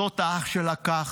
זאת האח שלה כך,